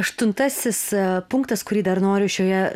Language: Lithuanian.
aštuntasis punktas kurį dar noriu šioje